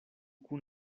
kun